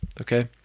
Okay